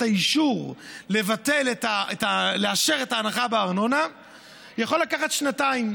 האישור לאשר את ההנחה בארנונה יכול לקחת שנתיים,